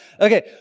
Okay